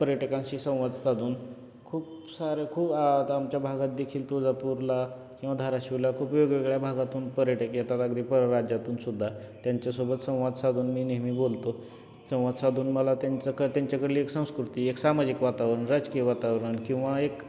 पर्यटकांशी संवाद साधून खूप सारे खूप आता आमच्या भागात देखील तुळजापुरला धाराशीवला खूप वेगवेगळ्या भागातून पर्यटक येतात अगदी पर राज्यातूनसुद्धा त्यांच्यासोबत संवाद साधून मी नेहमी बोलतो संवाद साधून मला त्यांच्याक त्यांच्याकडली एक संस्कृती एक सामाजिक वातावरण राजकीय वातावरण किंवा एक